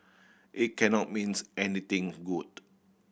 it cannot means anything good